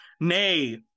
nay